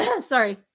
sorry